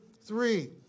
three